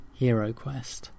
HeroQuest